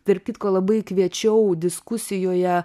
tarp kitko labai kviečiau diskusijoje